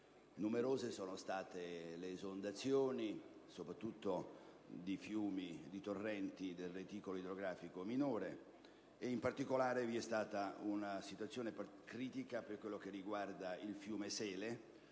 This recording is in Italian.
Numerose sono state le esondazioni, soprattutto di fiumi e torrenti del reticolo idrografico minore. In particolare si è registrata una situazione critica per quanto riguarda il fiume Sele,